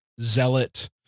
zealot